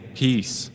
peace